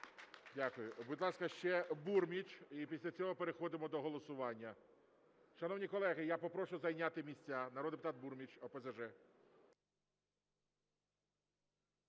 Дякую. Будь ласка, ще Бурміч, і після цього переходимо до голосування. Шановні колеги, я попрошу зайняти місця. Народний депутат Бурміч, ОПЗЖ.